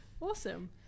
awesome